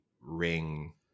Ring